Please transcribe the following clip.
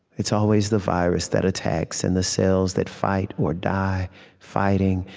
it's always the virus that attacks and the cells that fight or die fighting.